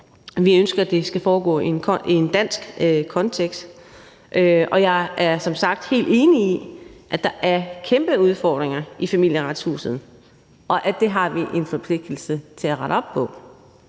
Vi ønsker, at det skal foregå i en dansk kontekst, og jeg er som sagt helt enig i, at der er kæmpe udfordringer i Familieretshuset, og at vi har en forpligtelse til at rette op på